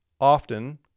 often